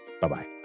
bye-bye